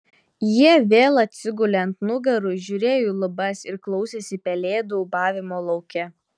jie vėl atsigulė ant nugarų žiūrėjo į lubas ir klausėsi pelėdų ūbavimo lauke